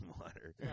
water